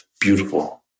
beautiful